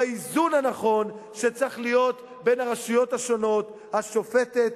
באיזון הנכון שצריך להיות בין הרשויות השונות: השופטת,